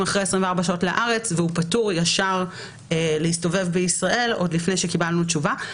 אחרי 24 שעות לארץ והוא פטור להסתובב בישראל עוד לפני שקיבלנו תשובה.